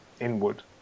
inward